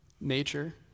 Nature